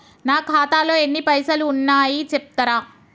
నా ఖాతాలో ఎన్ని పైసలు ఉన్నాయి చెప్తరా?